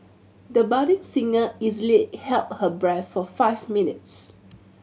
the budding singer easily held her breath for five minutes